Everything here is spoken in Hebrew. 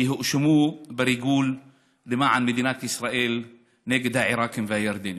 כי הם הואשמו בריגול למען מדינת ישראל נגד העיראקים והירדנים.